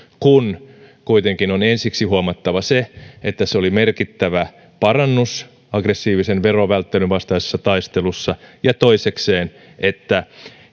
kun kuitenkin on ensiksi huomattava se että se oli merkittävä parannus aggressiivisen verovälttelyn vastaisessa taistelussa ja toisekseen se että